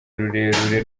rurerure